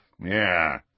Yeah